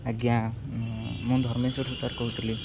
ଆଜ୍ଞା ମୁଁ ଧର୍ମେଶ୍ଵର ସୁତାର କହୁଥିଲି